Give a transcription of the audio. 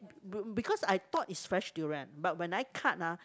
because I thought is fresh durian but when I cut lah